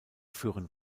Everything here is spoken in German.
führen